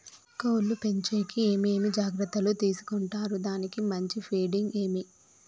కోళ్ల పెంచేకి ఏమేమి జాగ్రత్తలు తీసుకొంటారు? దానికి మంచి ఫీడింగ్ ఏమి?